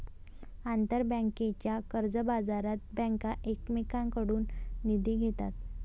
आंतरबँकेच्या कर्जबाजारात बँका एकमेकांकडून निधी घेतात